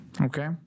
okay